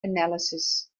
analysis